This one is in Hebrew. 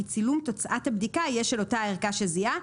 צילום תוצאת הבדיקה יהיה של אותה ערכה שזיהה.